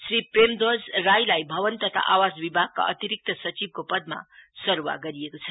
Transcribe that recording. श्री प्रेमध्वज राईलाई भवन तथा आवास विभागका अतिरिक्त सचिवको पदमा सरुवा गरिएको छ